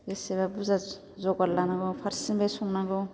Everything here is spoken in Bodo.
बेसेबा बुरजा जगार लानांगौ फारसेनिफ्राय संनांगौ